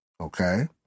Okay